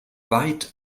weit